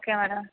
okay madam